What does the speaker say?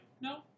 no